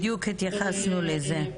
בדיוק התייחסנו לזה.